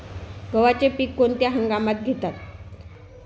गव्हाचे पीक कोणत्या हंगामात घेतात?